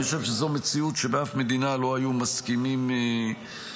אני חושב שזו מציאות שבאף מדינה לא היו מסכימים לקבל.